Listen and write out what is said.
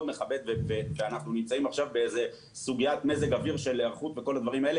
אנחנו נמצאים עכשיו בסוגיה של היערכות למזג אוויר,